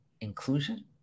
inclusion